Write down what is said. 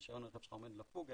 שרישיון הרכב עומד לפוג,